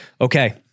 okay